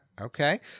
Okay